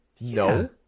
no